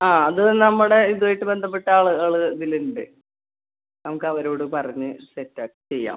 ആ അത് നമ്മുടെ ഇതുമായിട്ട് ബന്ധപ്പെട്ട ആളുകൾ ഇതിലുണ്ട് നമുക്ക് അവരോട് പറഞ്ഞ് സെറ്റ് ചെയ്യാം